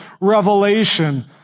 revelation